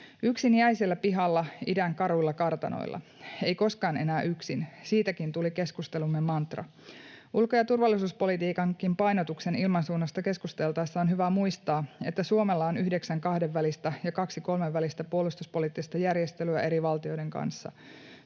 Yksin jäisellä pihalla idän karuilla kartanoilla. Ei koskaan enää yksin — siitäkin tuli keskustelumme mantra. Ulko- ja turvallisuuspolitiikankin painotuksen ilmansuunnasta keskusteltaessa on hyvä muistaa, että Suomella on yhdeksän kahdenvälistä ja kaksi kolmenvälistä puolustuspoliittista järjestelyä eri valtioiden kanssa.